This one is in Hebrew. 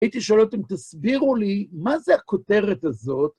הייתי שואל אותם, תסבירו לי, מה זה הכותרת הזאת?